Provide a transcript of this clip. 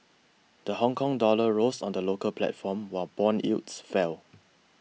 the Hongkong dollar rose on the local platform while bond yields fell